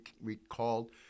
recalled